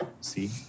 see